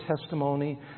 testimony